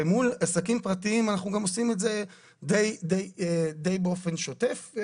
ומול עסקים פרטיים אנחנו גם עושים את זה די באופן שוטף.